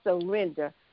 surrender